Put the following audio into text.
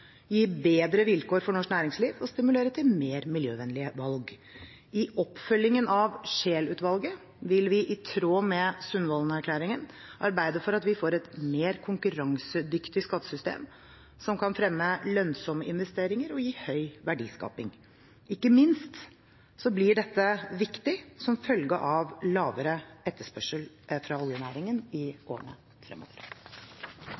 gi bedre vilkår for norsk næringsliv og stimulere til mer miljøvennlige valg. I oppfølgingen av Scheel-utvalget vil vi i tråd med Sundvollen-erklæringen arbeide for at vi får et mer konkurransedyktig skattesystem som kan fremme lønnsomme investeringer og gi høy verdiskaping. Ikke minst blir dette viktig som følge av lavere etterspørsel